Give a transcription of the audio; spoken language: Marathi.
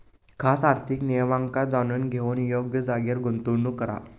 खास आर्थिक नियमांका जाणून घेऊन योग्य जागेर गुंतवणूक करा